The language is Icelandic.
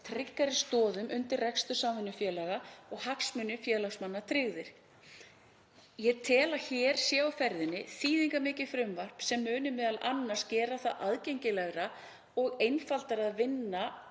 tryggari stoðum undir rekstur samvinnufélaga og hagsmunir félagsmanna tryggðir. Ég tel að hér sé á ferðinni þýðingarmikið frumvarp sem muni m.a. gera það aðgengilegra og einfaldara að vinna